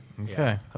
Okay